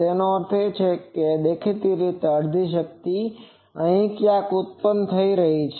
તેનો અર્થ એ છે કે દેખીતી રીતે અડધી શક્તિ અહીં ક્યાંક ઉત્પન્ન થઈ રહી છે